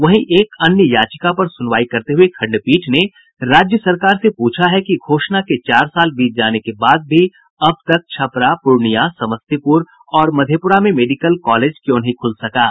वहीं एक अन्य याचिका पर सुनवाई करते हुये खंडपीठ ने राज्य सरकार से पूछा है कि घोषणा के चार साल बीत जाने के बाद भी अब तक छपरा पूर्णियां समस्तीपुर और मधेपुरा में मेडिकल कॉलेज क्यों नहीं खुल सका है